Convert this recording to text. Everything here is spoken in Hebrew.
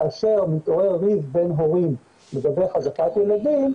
כאשר מתעורר ריב בין הורים לגבי החזקת ילדים,